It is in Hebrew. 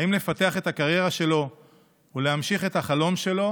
האם לפתח את הקריירה שלו ולהמשיך את החלום שלו